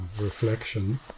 reflection